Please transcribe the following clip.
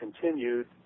continued